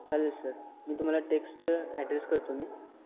चालेल सर मी तुम्हाला टेक्स्ट ॲड्रेस करतो मी